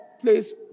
please